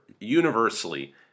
Universally